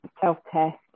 self-test